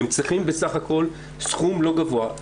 הם צריכים בסך הכל סכום לא גבוה,